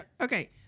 Okay